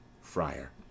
friar